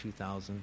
2000